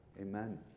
Amen